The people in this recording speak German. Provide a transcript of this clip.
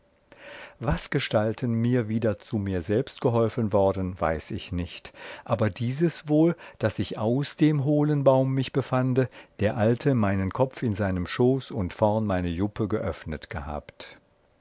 gespüret wasgestalten mir wieder zu mir selbst geholfen worden weiß ich nicht aber dieses wohl daß ich aus dem hohlen baum mich befande der alte meinen kopf in seinem schoß und vorn meine juppe geöffnet gehabt